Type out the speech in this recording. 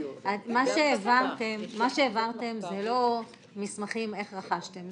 מה שהעברתם זה לא מסמכים איך רכשתם,